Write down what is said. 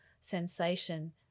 sensation